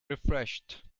refreshed